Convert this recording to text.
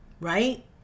right